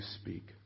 speak